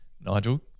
Nigel